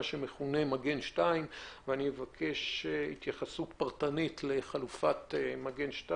שמכונה "מגן 2". אני אבקש התייחסות פרטנית לחלופה זו.